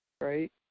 right